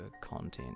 content